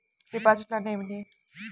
డిపాజిట్లు అంటే ఏమిటి?